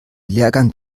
lehrgang